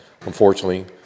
unfortunately